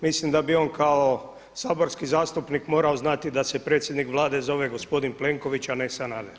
Mislim da bi on kao saborski zastupnik morao znati da se predsjednik Vlade zove gospodin Plenković, a ne Sanader.